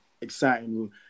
exciting